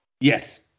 Yes